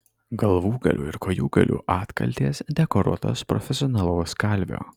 galvūgalių ir kojūgalių atkaltės dekoruotos profesionalaus kalvio